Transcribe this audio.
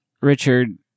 Richard